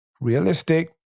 realistic